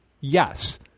yes